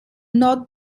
not